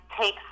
take